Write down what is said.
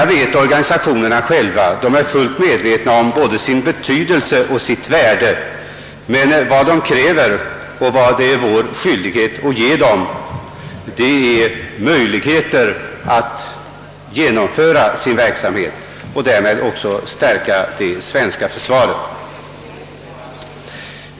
Organisationerna är själva fullt medvetna om sitt värde, men vad de kräver och vad vi har skyldighet är att gå från ord till handling och ge dem möjligheter att bedriva sin verksamhet för att stärka det svenska försvaret.